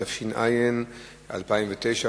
התש"ע 2009,